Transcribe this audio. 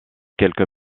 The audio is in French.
quelques